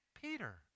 Peter